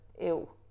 ill